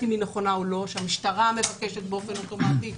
אם היא נכונה או לא שהמשטרה מבקשת באופן אוטומטי.